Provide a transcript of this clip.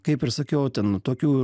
kaip ir sakiau ten tokių